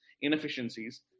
inefficiencies